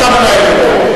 אתה מנהל אותו.